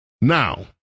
Now